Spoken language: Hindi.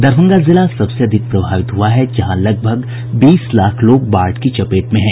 दरभंगा जिला सबसे अधिक प्रभावित हुआ है जहां लगभग बीस लाख लोग बाढ़ की चपेट में हैं